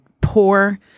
poor